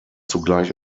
zugleich